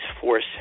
force